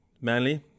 Manly